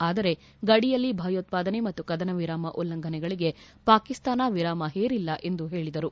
ಆದರೆ ಗಡಿಯಲ್ಲಿ ಭಯೋತ್ಪಾದನೆ ಮತ್ತು ಕದನ ವಿರಾಮ ಉಲ್ಲಂಘನೆಗಳಿಗೆ ಪಾಕಿಸ್ತಾನ ವಿರಾಮ ಹೇರಿಲ್ಲ ಎಂದು ಹೇಳಿದರು